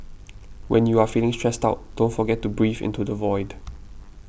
when you are feeling stressed out don't forget to breathe into the void